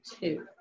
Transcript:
two